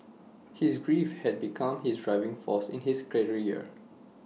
his grief had become his driving force in his career